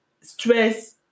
stress